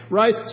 right